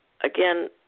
again